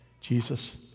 Jesus